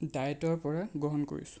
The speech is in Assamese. ডায়েটৰ পৰা গ্ৰহণ কৰিছোঁ